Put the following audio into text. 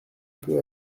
peux